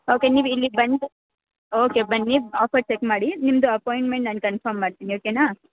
okay ನೀವು ಇಲ್ಲಿಗೆ ಬಂದು ಓಕೆ ಬನ್ನಿ ಆಫರ್ ಚೆಕ್ ಮಾಡಿ ನಿಮ್ದು ಅಪಾಯಿಂಟ್ಮೆಂಟ್ ನಾನು ಕನ್ಫರ್ಮ್ ಮಾಡ್ತೀನಿ ಓಕೆನಾ